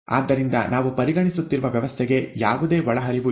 ಆದ್ದರಿಂದ ನಾವು ಪರಿಗಣಿಸುತ್ತಿರುವ ವ್ಯವಸ್ಥೆಗೆ ಯಾವುದೇ ಒಳಹರಿವು ಇಲ್ಲ